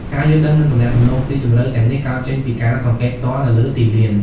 ការយល់ដឹង និងទំនាក់ទំនងស៊ីជម្រៅទាំងនេះ កើតចេញពីការសង្កេតផ្ទាល់នៅលើទីលាន។